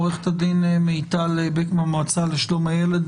עורכת מיטל בק מהמועצה לשלום הילד.